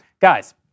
Guys